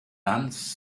nuns